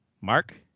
Mark